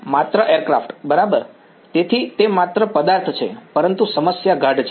માત્ર એરક્રાફ્ટ બરાબર તેથી તે માત્ર પદાર્થ છે પરંતુ સમસ્યા ગાઢ છે